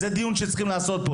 זה דיון שצריך לעסוק בו.